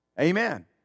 Amen